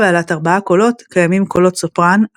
במקהלה בעלת ארבעה קולות קיימים קולות סופרן,